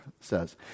says